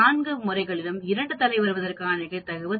இந்த நான்கு முறைகளில் இரண்டு தலை வருவதற்கான நிகழ்தகவு37